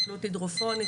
חקלאות הידרופונית,